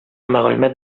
мәгълүмат